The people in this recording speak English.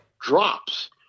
drops